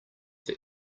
that